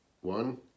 One